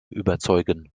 überzeugen